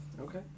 Okay